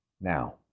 Now